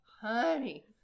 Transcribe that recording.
honey